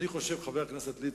אני חושב, חבר הכנסת ליצמן,